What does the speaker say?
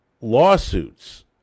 lawsuits